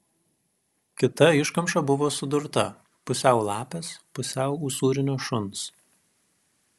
kita iškamša buvo sudurta pusiau lapės pusiau usūrinio šuns